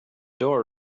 door